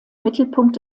mittelpunkt